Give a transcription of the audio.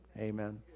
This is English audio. Amen